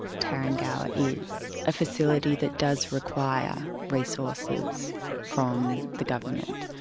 tarrengower is a facility that does require resources from the government,